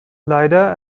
leider